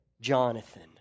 Jonathan